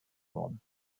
worden